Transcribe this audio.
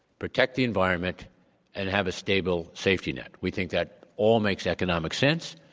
protect the environment and have a stable safety net. we think that all makes economic sense.